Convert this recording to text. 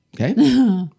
Okay